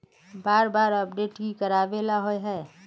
बार बार अपडेट की कराबेला होय है?